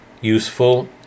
useful